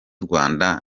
rwanda